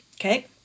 Okay